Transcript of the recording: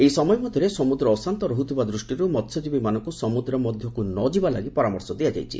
ଏହି ସମୟ ମଧ୍ଧରେ ସମୁଦ୍ର ଅଶାନ୍ତ ରହ୍ଥିବା ଦୃଷ୍ଟିରୁ ମହ୍ୟଜୀବୀମାନଙ୍କୁ ସମୁଦ୍ର ମଧ୍ଧକୁ ନ ଯିବା ଲାଗି ପରାମର୍ଶ ଦିଆଯାଇଛି